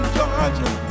Georgia